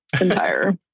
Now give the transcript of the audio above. entire